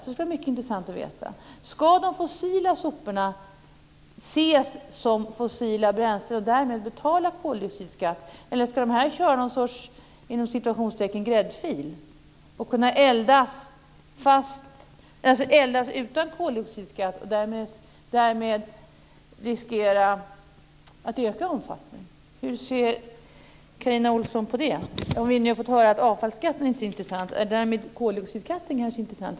Det skulle vara mycket intressant att veta. Ska de fossila soporna ses som fossila bränslen, och ska man därmed betala koldioxidskatt? Eller ska de soporna köra i någon sorts gräddfil och kunna eldas utan koldioxidskatt och därmed riskera att öka i omfattning? Hur ser Carina Ohlsson på det? Vi har nu fått höra att avfallsskatten inte är intressant. Är därmed koldioxidskatten intressant?